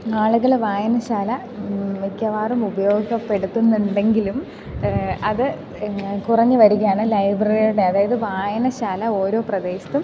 ആളുകൾ വായനശാല മിക്കവാറും ഉപയോഗപ്പെടുത്തുന്നുണ്ടെങ്കിലും അത് കുറഞ്ഞു വരികയാണ് ലൈബ്രറിയുടെ അതായത് വായനശാല ഓരോ പ്രദേശത്തും